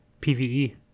PvE